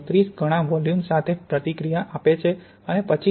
32 ગણા વોલ્યુમ સાથે પ્રતિક્રિયા આપે છે અને પછી તે 1